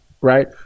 right